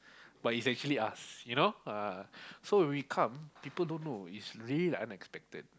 but is actually us you know so when we come people don't know is really unexpected